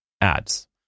ads